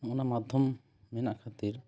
ᱱᱚᱜᱼᱚᱭ ᱱᱟ ᱢᱟᱫᱽᱫᱷᱚᱢ ᱢᱮᱱᱟᱜ ᱠᱷᱟᱹᱛᱤᱨ